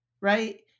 right